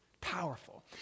powerful